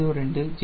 04 0